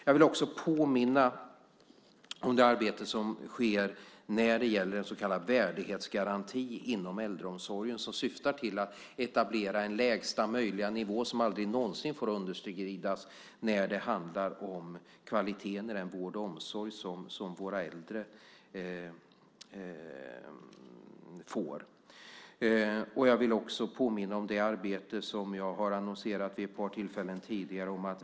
Jag vill påminna om det arbete som sker med en så kallad värdighetsgaranti inom äldreomsorgen. Den syftar till att etablera en lästa möjliga nivå som aldrig någonsin får underskridas i kvaliteten i den vård och omsorg som våra äldre får. Jag vill också påminna om det arbete som jag har annonserat vid ett par tillfällen tidigare.